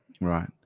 Right